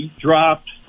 dropped